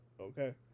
okay